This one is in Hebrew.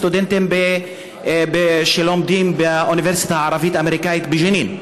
הסטודנטים שלומדים באוניברסיטה הערבית-אמריקנית בג'נין,